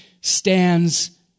stands